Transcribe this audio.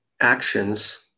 actions